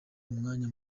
umwanya